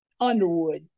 Underwood